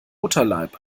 mutterleib